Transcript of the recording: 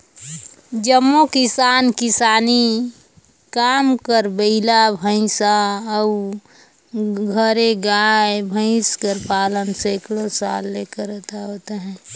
जम्मो किसान किसानी काम बर बइला, भंइसा अउ घरे गाय, भंइस कर पालन सैकड़ों साल ले करत आवत अहें